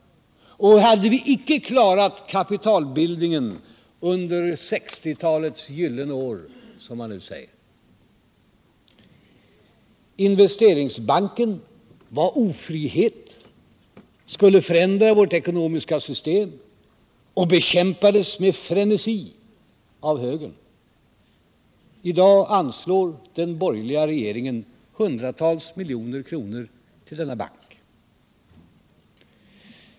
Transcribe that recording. Då hade vi icke heller klarat kapitalbildningen under 1960-talets gyllene år, som man nu säger. Investeringsbanken var ofrihet. den skulle förändra vårt ekonomiska system och bekämpades därför med frencsi av högern. I dag anslår den borgerliga regeringen hundratals miljoner kronor till denna bank.